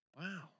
Wow